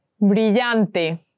Brillante